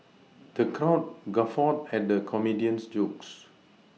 the count guffawed at the comedian's jokes